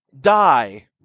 die